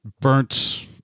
burnt